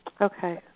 Okay